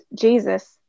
Jesus